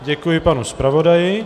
Děkuji panu zpravodaji.